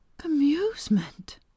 Amusement